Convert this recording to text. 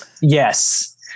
Yes